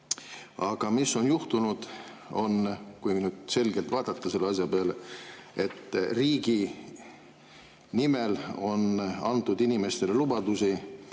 Aga on juhtunud see, kui nüüd selgelt vaadata selle asja peale, et riigi nimel on antud inimestele lubadusi,